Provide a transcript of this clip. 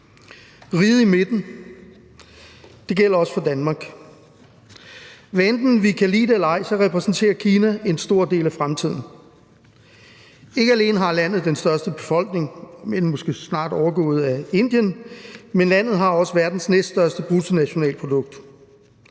Riget i Midten, og det gælder også for Danmark. Hvad enten vi kan lide det eller ej, repræsenterer Kina en stor del af fremtiden. Ikke alene har landet den største befolkning, måske snart overgået af Indien, men landet har også verdens næststørste bruttonationalprodukt.